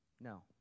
No